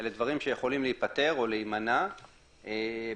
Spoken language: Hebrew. אלה דברים שיכולים להיפתר או להימנע בקשב